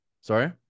Sorry